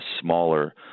smaller